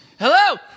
Hello